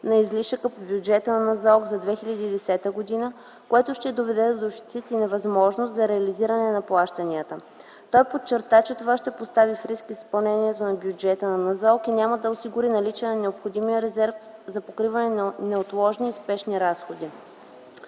на излишъка по бюджета на НЗОК за 2010 г., което ще доведе до дефицит и невъзможност за реализиране на плащанията. Той подчерта, че това ще постави в риск изпълнението на бюджета на НЗОК и няма да осигури наличие на необходимия резерв за покриване на неотложни и спешни разходи.